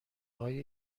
های